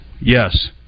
yes